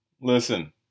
Listen